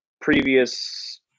previous